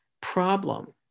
problem